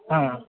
आम्